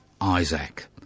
Isaac